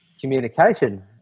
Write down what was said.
communication